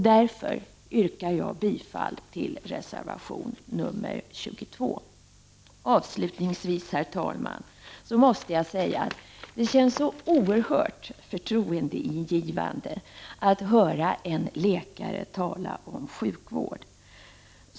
Därför yrkar jag bifall till reservation nr 22. Avslutningsvis, herr talman! Jag måste säga att det känns oerhört förtroendeingivande att höra en läkare tala om sjukvård.